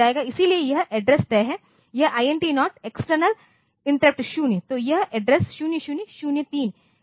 इसलिए यह एड्रेस तय है यह INT0 एक्सटर्नल इंटरप्ट 0 तो यह एड्रेस 0003 टाइमर 0 000B है